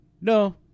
no